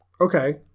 Okay